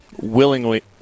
willingly